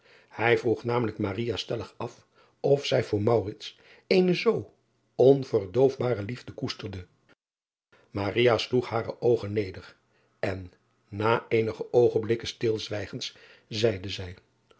ij vroeg namelijk stellig af of zij voor eene zoo onverdoofbare liefde koesterde sloeg hare oogen neder en na eenige oogenblikken stilzwijgens zeide zij